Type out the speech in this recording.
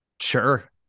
sure